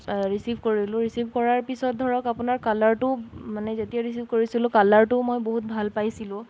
receive কৰিলোঁ receive কৰাৰ পিছত ধৰক আপোনাৰ কালাৰটোও মানে যেতিয়া ৰিচিভ কৰিছিলোঁ কালাৰটোও মই বহুত ভাল পাইছিলোঁ